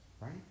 right